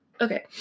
Okay